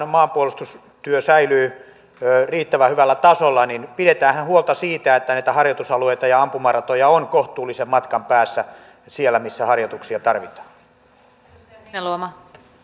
jotta vapaaehtoinen maanpuolustustyö säilyy riittävän hyvällä tasolla niin pidetäänhän huolta siitä että näitä harjoitusalueita ja ampumaratoja on kohtuullisen matkan päässä siellä missä harjoituksia tarvitaan